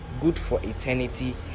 good-for-eternity